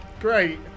great